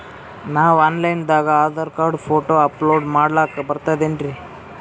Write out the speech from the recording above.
ನಾವು online ದಾಗ ಆಧಾರಕಾರ್ಡ, ಫೋಟೊ ಅಪಲೋಡ ಮಾಡ್ಲಕ ಬರ್ತದೇನ್ರಿ?